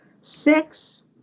Six